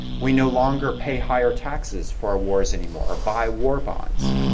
we no longer pay higher taxes for our wars anymore or buy war bonds.